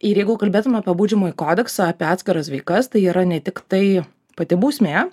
ir jeigu kalbėtum apie baudžiamąjį kodeksą apie atskiras veikas tai yra ne tiktai pati bausmė